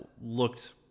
looked